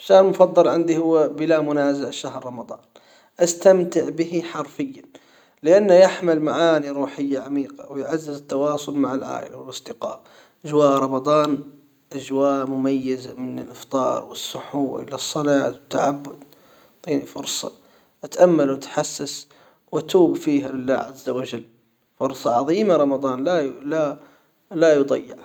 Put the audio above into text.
الشهر المفضل عندي هو بلا منازع شهر رمضان استمتع به حرفيًا لانه يحمل معاني روحية عميقة ويعزز التواصل مع العائلة والاصدقاء أجواء رمضان اجواء مميزة من الافطار والسحور الى الصلاة والتعبد يعطيني فرصة اتأمل أتحسس وأتوب فيها لله عز وجل فرصة عظيمة رمضان لا لا لا يضيعها